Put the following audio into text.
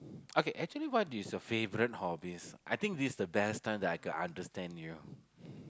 okay actually what is your favourite hobbies I think this's the best time that I could understand you